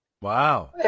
Wow